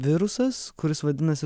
virusas kuris vadinasi